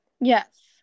Yes